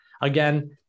again